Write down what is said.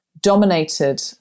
dominated